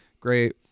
great